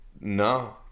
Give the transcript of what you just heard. No